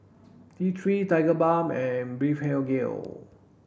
T three Tigerbalm and Blephagel